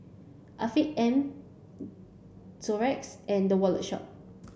Afiq M and The Wallet Shop